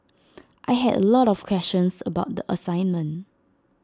I had A lot of questions about the assignment